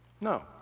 No